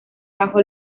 bajo